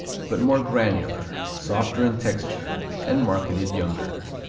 but more granular, softer in texture and marketed younger.